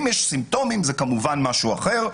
אם יש סימפטומים זה כמובן משהו אחר.